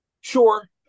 Sure